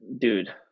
dude